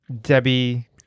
Debbie